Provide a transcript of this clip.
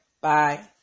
Bye